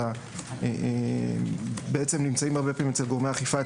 אלא נמצאים הרבה פעמים אצל גורמי האכיפה,